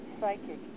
psychic